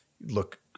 look